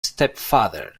stepfather